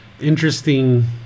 interesting